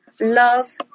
love